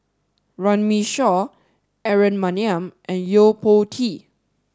Runme Shaw Aaron Maniam and Yo Po Tee